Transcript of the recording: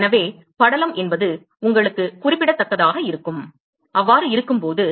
எனவே படலம் என்பது உங்களுக்கு குறிப்பிடத்தக்கதாக இருக்கும்போது